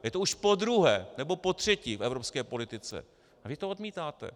A je to už podruhé nebo potřetí v evropské politice a vy to odmítáte.